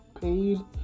paid